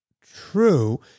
true